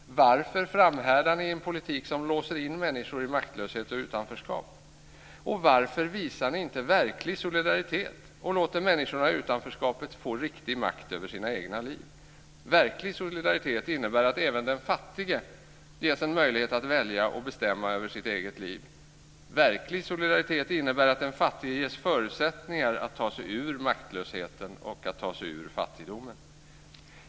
Varför framhärdar ni i en politik som låser in människor i maktlöshet och utanförskap? Varför visar ni inte verklig solidaritet och låter människorna i utanförskapet få riktig makt över sina egna liv? Verklig solidaritet innebär att även den fattige ges en möjlighet att välja och bestämma över sitt eget liv. Verklig solidaritet innebär att den fattige ges förutsättningar att ta sig ur maktlösheten och att ta sig ur fattigdomen.